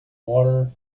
water